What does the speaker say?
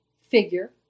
figure